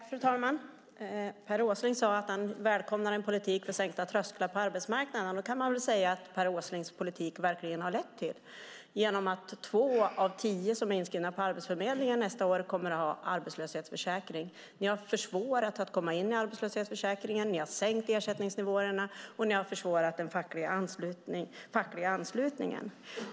Fru talman! Per Åsling sade att han välkomnar en politik för sänkta trösklar på arbetsmarknaden, och det kan man väl säga att Per Åslings politik verkligen har lett till genom att två av tio som är inskrivna på Arbetsförmedlingen nästa år kommer att ha arbetslöshetsförsäkring. Ni har gjort det svårare att komma in i arbetslöshetsförsäkringen. Ni har sänkt ersättningsnivåerna och försvårat den fackliga anslutningen.